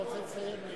אתה רוצה לסיים?